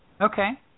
Okay